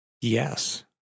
Yes